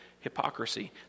hypocrisy